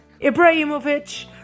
Ibrahimovic